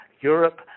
Europe